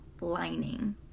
lining